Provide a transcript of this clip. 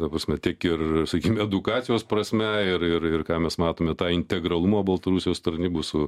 ta prasme tiek ir sakykim edukacijos prasme ir ir ir ką mes matome tą integralumą baltarusijos tarnybų su